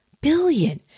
Billion